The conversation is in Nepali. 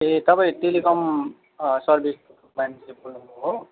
ए तपाईँ टेलिकम सर्भिस मान्छे बोल्नु भएको हो